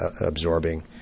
absorbing